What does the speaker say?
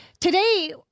today